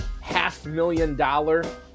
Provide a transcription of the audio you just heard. half-million-dollar